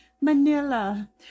Manila